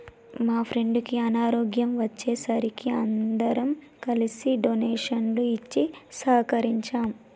మా ఫ్రెండుకి అనారోగ్యం వచ్చే సరికి అందరం కలిసి డొనేషన్లు ఇచ్చి సహకరించాం